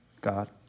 God